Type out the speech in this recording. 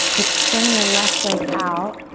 extend your left leg out.